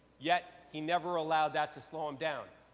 yet, he never allowed that to slow him down.